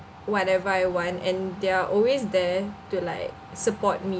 whatever I want and they're always there to like support me